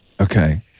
Okay